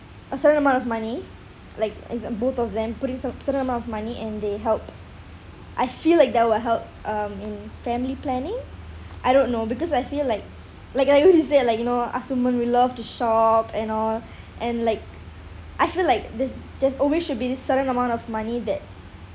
a certain amount of money like for example both of them putting some certain amount of money and they help I feel like that will help um in family planning I don't know because I feel like like I usually said like you know ask someone we love to shop and all and like I feel like there's there's always should be a certain amount of money that